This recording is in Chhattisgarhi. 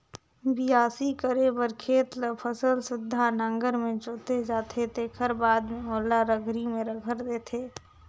बियासी करे बर खेत ल फसल सुद्धा नांगर में जोते जाथे तेखर बाद में ओला रघरी में रघर देथे